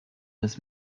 this